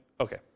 Okay